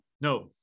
no